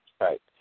Right